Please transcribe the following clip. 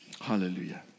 Hallelujah